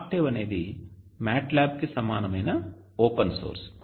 Octave అనేది MATLAB కి సమానమైన ఓపెన్ సోర్స్